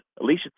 Alicia